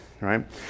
right